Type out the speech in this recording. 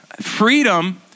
Freedom